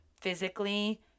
physically